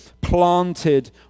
planted